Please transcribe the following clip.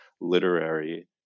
literary